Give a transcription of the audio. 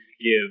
give